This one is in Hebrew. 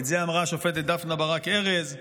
את זה אמרה השופטת דפנה ברק ארז.